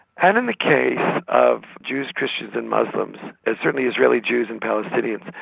and in the case of jews, christians and muslims, and certainly israeli jews and palestinians,